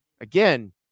again